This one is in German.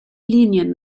linien